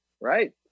Right